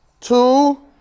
Two